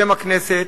בשם הכנסת,